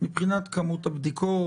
מבחינת כמות הבדיקות?